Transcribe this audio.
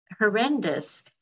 horrendous